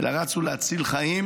אלא רצו להציל חיים